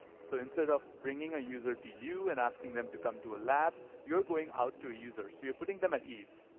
so instead of bringing a user to you and asking them to come to a lab, you're going out to a user. you're putting them at ease.